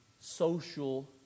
social